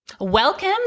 Welcome